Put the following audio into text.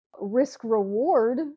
risk-reward